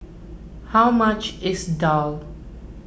how much is Daal